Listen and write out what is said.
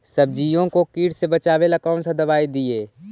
सब्जियों को किट से बचाबेला कौन सा दबाई दीए?